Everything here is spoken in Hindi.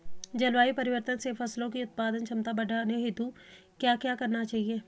जलवायु परिवर्तन से फसलों की उत्पादन क्षमता बढ़ाने हेतु क्या क्या करना चाहिए?